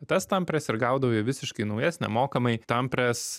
tas tampres ir gaudavai visiškai naujas nemokamai tampres